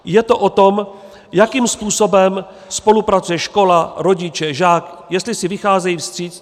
Je to o tom, jakým způsobem spolupracuje škola, rodiče, žák, jestli si vycházejí vstříc.